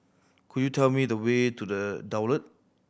could you tell me the way to The Daulat